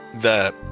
the-